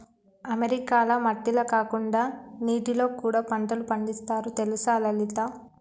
అమెరికాల మట్టిల కాకుండా నీటిలో కూడా పంటలు పండిస్తారు తెలుసా లలిత